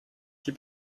die